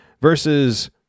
versus